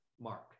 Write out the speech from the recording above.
mark